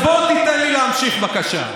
אז בוא תיתן לי להמשיך, בבקשה.